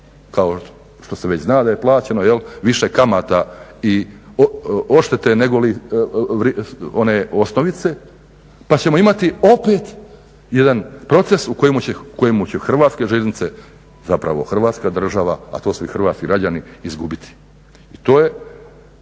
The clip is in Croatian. kao što se već zna da je plaćeno jel, više kamata i oštete negoli osnovice, pa ćemo imati opet jedan proces u kojemu će HŽ zapravo Hrvatska država a to su i hrvatski građani izgubiti. I to je